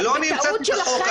זה לא אני המצאתי את החוק.